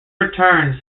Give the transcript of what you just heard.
returns